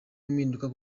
impinduka